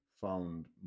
found